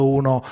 uno